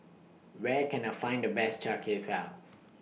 Where Can I Find The Best Char Kway Teow